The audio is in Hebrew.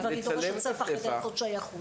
גם בחברות הביטוח דורשים ספח לצורך שייכות.